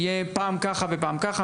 שלא יהיה פעם ככה ופעם ככה.